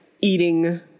eating